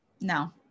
No